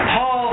Paul